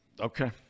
Okay